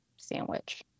sandwich